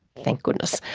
thank goodness,